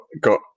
got